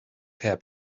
care